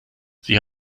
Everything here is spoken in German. sie